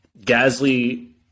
Gasly